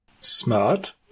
Smart